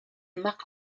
marc